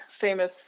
famous